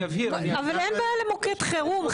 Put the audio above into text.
אבל אין בעיה למוקד חירום.